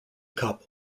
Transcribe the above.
cop